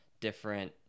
different